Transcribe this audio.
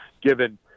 given